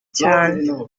cyane